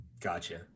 gotcha